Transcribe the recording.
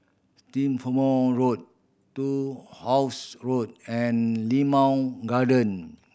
Strathmore Road Turnhouse Road and Limau Garden